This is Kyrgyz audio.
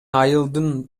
айылдын